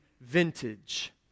vintage